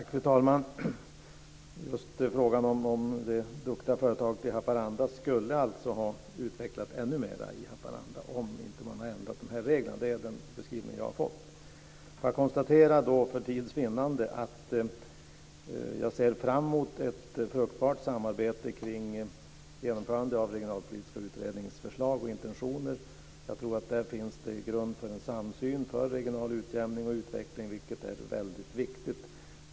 Fru talman! Det duktiga företaget i Haparanda skulle ha utvecklats ännu mer i Haparanda om man inte hade ändrat de här reglerna. Det är den beskrivning jag har fått. Låt mig för tids vinnande konstatera att jag ser fram emot ett fruktbart samarbete kring genomförandet av Regionalpolitiska utredningens förslag och intentioner. Jag tror att det där finns grund för en samsyn för regional utjämning och utveckling, vilket är väldigt viktigt.